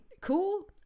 cool